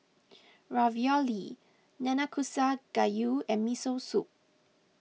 Ravioli Nanakusa Gayu and Miso Soup